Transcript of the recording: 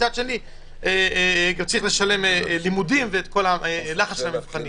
ומצד שני הוא צריך לשלם לימודים ויש את כל הלחץ של המבחנים.